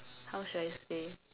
how should I say